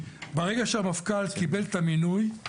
ברגע שהמפכ"ל קיבל את המינוי הוא